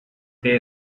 they